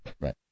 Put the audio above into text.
Right